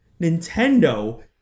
Nintendo